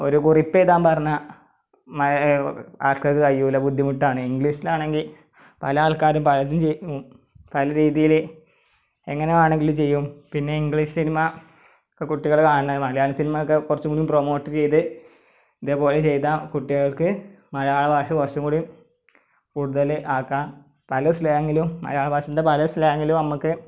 ഒരു കുറിപ്പെഴുതാൻ പറഞ്ഞാൽ ആൾക്കാർക്ക് കഴിയില്ല ബുദ്ധിമുട്ടാണ് ഇംഗ്ലീഷിൽ ആണെങ്കിൽ പല ആൾക്കാർ പലതും പല രീതിയിൽ എങ്ങനെ വേണമെങ്കിലും ചെയ്യും പിന്നെ ഇംഗ്ലീഷ് സിനിമ കുട്ടികൾ കാണുന്നത് മലയാളം സിനിമ ഒക്കെ കുറച്ചും കൂടിയും പ്രൊമോട്ട് ചെയ്ത് ഇതേപോലെ ചെയ്താൽ കുട്ടികൾക്ക് മലയാള ഭാഷ കുറച്ചും കൂടിയും കൂടുതൽ ആക്കുക പല സ്ലാങിലും മലയാള ഭാഷേൻ്റെ പല സ്ലാങിലും നമുക്ക്